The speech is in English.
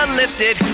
lifted